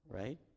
Right